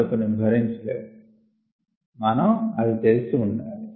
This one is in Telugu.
మరికొన్ని భరించ లేవు మనం అది తెలిసి ఉండాలి